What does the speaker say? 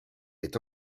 est